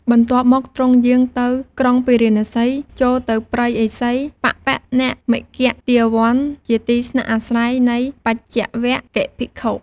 បន្ទាប់មកទ្រង់យាងទៅក្រុងពារាណសី ចូលទៅព្រៃឥសីបបនមិគទាវន្ត ជាទីស្នាក់អាស្រ័យនៃបញ្ចវគិ្គយ៍ភិក្ខុ។